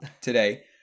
today